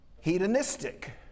Hedonistic